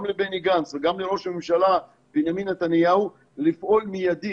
גם לבני גנץ וגם לראש הממשלה בנימין נתניהו לפעול מיידית,